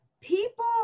People